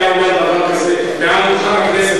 אם חבר הכנסת מהימין היה אומר דבר כזה מעל דוכן הכנסת,